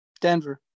Denver